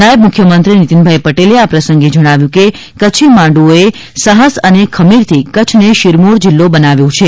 નાયબ મુખ્યમંત્રી શ્રી નિતીનભાઇ પટેલે આ પ્રસંગે જણાવ્યું હતું કે કચ્છી માડૂઓએ સાહસ અને ખમીરથી કચ્છને શીરમોર જીલ્લો બનાવ્યો છે